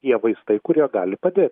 tie vaistai kurie gali padėt